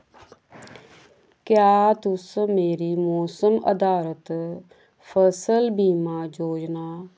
क्या तुस मेरी मौसम अधारत फसल बीमा योजना